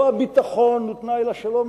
לא ביטחון הוא תנאי לשלום,